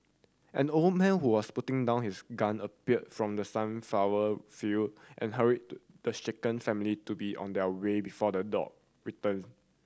an old man who was putting down his gun appeared from the sunflower field and hurried the shaken family to be on their way before the dog return